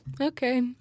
okay